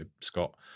Scott